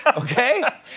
Okay